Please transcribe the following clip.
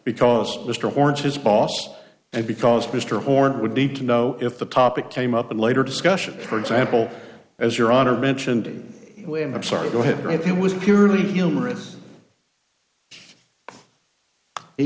because mr horn's his boss and because mr horne would need to know if the topic came up later discussion for example as your honor mentioned and i'm sorry go ahead and it was purely humorous he